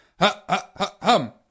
hum